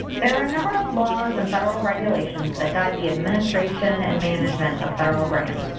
there are a number of laws and federal regulations that guide the administration and management of federal grants.